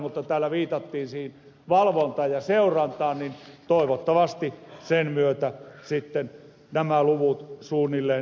mutta kun täällä viitattiin valvontaan ja seurantaan niin toivottavasti niiden myötä nämä luvut suunnilleen toteutuvat